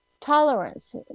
tolerance